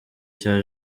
cya